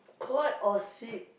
squat or sit